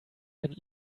and